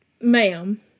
ma'am